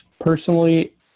personally